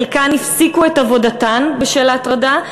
חלקן הפסיקו את עבודתן בשל ההטרדה,